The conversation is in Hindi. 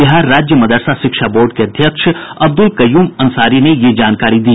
बिहार राज्य मदरसा शिक्षा बोर्ड के अध्यक्ष अब्दुल कयूम अंसारी ने यह जानकारी दी